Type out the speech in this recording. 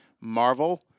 Marvel